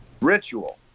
Ritual